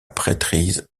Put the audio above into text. prêtrise